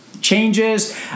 changes